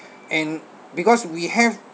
and because we have